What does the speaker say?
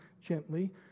gently